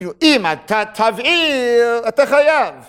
‫היו, אם אתה תבעיר, אתה חייב.